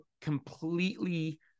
completely